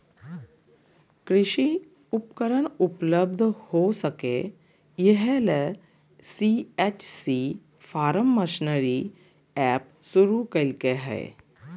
कृषि उपकरण उपलब्ध हो सके, इहे ले सी.एच.सी फार्म मशीनरी एप शुरू कैल्के हइ